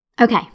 Okay